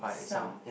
sound